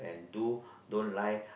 and do don't lie